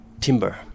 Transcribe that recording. timber